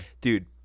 dude